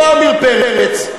אותו עמיר פרץ,